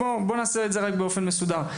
בואו נעשה את זה באופן מסודר.